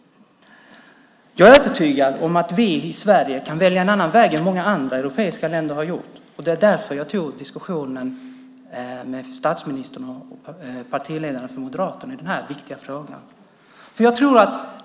Jag är övertygad om att vi i Sverige kan välja en annan väg än många andra europeiska länder har valt. Det är därför jag tog diskussionen med statsministern, partiledaren för Moderaterna, i denna viktiga fråga.